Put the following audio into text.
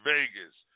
Vegas